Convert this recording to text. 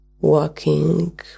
walking